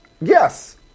Yes